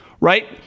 right